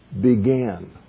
began